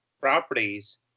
properties